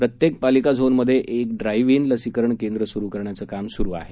प्रत्येक पालिका झोनमध्ये एक ड्राईव्ह इन लसीकरण केंद्र सुरु करण्याचं काम चालू आहे